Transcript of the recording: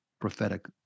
prophetic